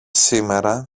σήμερα